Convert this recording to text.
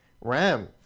Ram